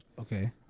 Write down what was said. Okay